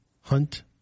Hunt